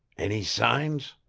any signs?